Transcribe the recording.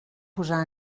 posar